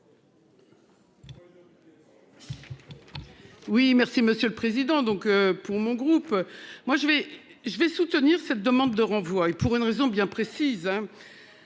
Oui, merci Monsieur le Président. Donc pour mon groupe. Moi je vais, je vais soutenir cette demande de renvoi et pour une raison bien précise